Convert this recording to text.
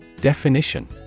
Definition